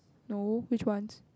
no which ones